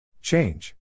Change